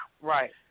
Right